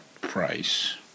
price